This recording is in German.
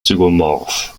zygomorph